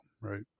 right